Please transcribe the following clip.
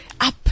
up